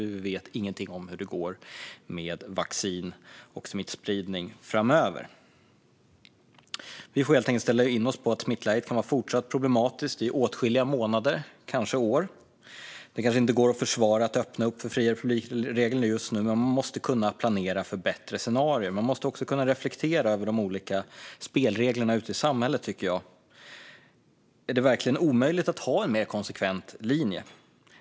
Vi vet ju ingenting om hur det kommer att gå med vaccin och smittspridning framöver. Vi får helt enkelt ställa in oss på att smittläget kan fortsätta att vara problematiskt i åtskilliga månader, kanske år. Det kanske inte går att försvara att öppna upp för friare publikregler just nu. Men man måste kunna planera för bättre scenarier. Man måste också kunna reflektera över de olika spelreglerna ute i samhället. Är det verkligen omöjligt att ha en mer konsekvent linje?